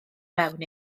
mewn